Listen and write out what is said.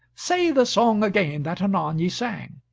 say the song again that anon ye sang.